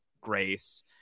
grace